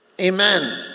Amen